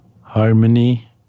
harmony